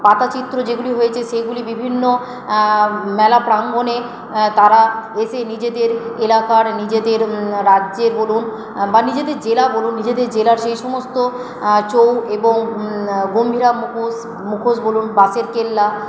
পটচিত্র যেগুলি হয়েছে সেগুলি বিভিন্ন মেলা প্রাঙ্গণে তারা এসে নিজেদের এলাকার নিজেদের রাজ্যের বলুন বা নিজেদের জেলা বলুন নিজেদের জেলার সেই সমস্ত ছৌ এবং গম্ভীরা মুখোশ মুখোশ বলুন বাঁশের কেল্লা